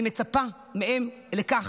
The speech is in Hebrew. אני מצפה מהן לכך.